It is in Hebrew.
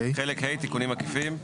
חלק ה': תיקונים עקיפים.